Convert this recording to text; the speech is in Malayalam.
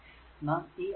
നാം ഈ Req